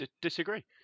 Disagree